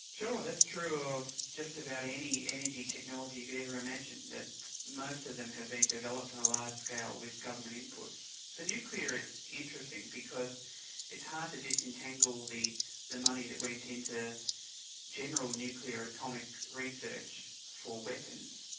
sure, that's true of just about any energy technology you could ever imagine, that most of them have been developed on a large scale with government inputs. for nuclear it's interesting because it's hard to disentangle the the money that went in to general nuclear atomic research for weapons,